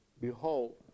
behold